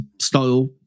style